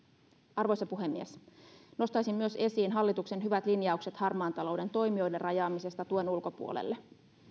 arvoisa puhemies nostaisin myös esiin hallituksen hyvät linjaukset harmaan talouden toimijoiden rajaamisesta tuen ulkopuolelle